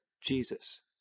Jesus